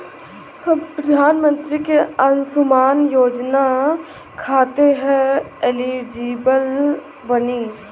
हम प्रधानमंत्री के अंशुमान योजना खाते हैं एलिजिबल बनी?